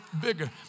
bigger